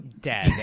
dead